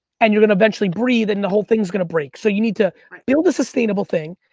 and you're gonna eventually breathe, and the whole thing's gonna break. so, you need to build a sustainable thing,